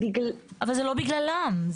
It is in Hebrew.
אבל זה לא בגללם.